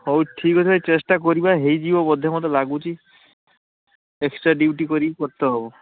ହଉ ଠିକ୍ ଅଛି ଭାଇ ଚେଷ୍ଟା କରିବା ହେଇଯିବ ବୋଧେ ମୋତେ ଲାଗୁଛି ଏକ୍ସଟ୍ରା ଡ୍ୟୁଟି କରିକି କରିତେ ହେବ